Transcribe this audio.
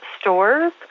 stores